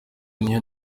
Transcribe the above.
niyo